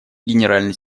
генеральный